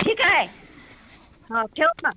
ठीक आहे हा ठेव मग